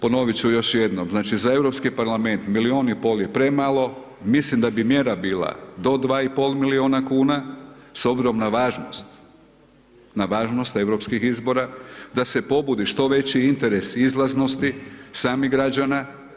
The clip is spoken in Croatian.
Ponovit ću još jednom, znači, za Europski parlament, milijun i pol je premalo, mislim da bi mjera bila do dva i pol milijuna kuna s obzirom na važnost europskih izbora, da se pobudi što veći interes izlaznosti samih građana.